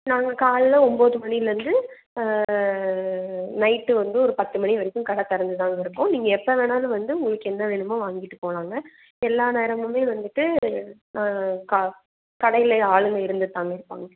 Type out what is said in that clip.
நாங்கள் காலையில் ஒம்பது மணியிலேருந்து ஆ நைட்டு வந்து ஒரு பத்து மணி வரைக்கும் கடை திறந்துதாங்க இருக்கும் நீங்கள் எப்போ வேண்ணாலும் வந்து உங்களுக்கு என்ன வேணுமோ வாங்கிட்டு போகலாங்க எல்லா நேரமுமே வந்துட்டு ஆ க கடையில் ஆளுங்க இருந்துட்டுதாங்க இருப்பாங்க